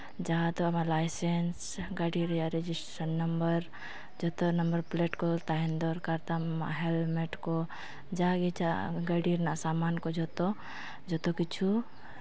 ᱡᱟᱦᱟᱸ ᱫᱚ ᱟᱵᱚᱣᱟᱜ ᱞᱟᱭᱥᱮᱱᱥ ᱜᱟᱹᱰᱤ ᱨᱮᱭᱟᱜ ᱨᱮᱡᱤᱥᱴᱨᱮᱥᱚᱱ ᱱᱟᱢᱵᱟᱨ ᱡᱚᱛᱚ ᱱᱟᱢᱵᱟᱨ ᱯᱞᱮᱴ ᱠᱚ ᱛᱟᱦᱮᱱ ᱫᱚᱨᱠᱟᱨ ᱛᱟᱢ ᱦᱮᱞᱢᱮᱱᱴ ᱠᱚ ᱡᱟᱦᱟᱸᱜᱮ ᱜᱟᱹᱰᱤ ᱨᱮᱭᱟᱜ ᱥᱟᱢᱟᱱ ᱠᱚ ᱡᱚᱛᱚ ᱡᱚᱛᱚ ᱠᱤᱪᱷᱩ